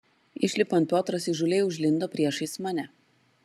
išlipant piotras įžūliai užlindo priešais mane